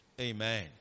Amen